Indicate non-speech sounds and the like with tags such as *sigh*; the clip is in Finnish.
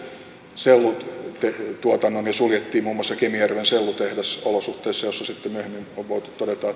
sellutuotannon suljettiin muun muassa kemijärven sellutehdas olosuhteissa joista sitten myöhemmin on voitu todeta *unintelligible*